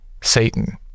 Satan